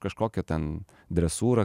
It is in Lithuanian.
kažkokia ten dresūra